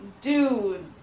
dude